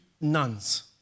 nuns